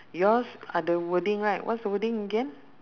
yours ada wording right what's the wording again